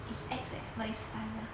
it's ex eh but it's nice lah